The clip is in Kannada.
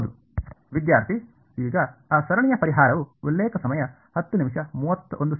ಹೌದು ವಿದ್ಯಾರ್ಥಿ ಈಗ ಆ ಸರಣಿಯ ಪರಿಹಾರವು ಗೆ ಒಮ್ಮುಖವಾಗುತ್ತದೆಯೇ